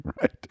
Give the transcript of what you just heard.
right